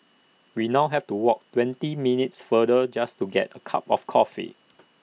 we now have to walk twenty minutes farther just to get A cup of coffee